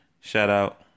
Shout-out